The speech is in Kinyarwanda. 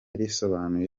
risobanuye